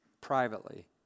privately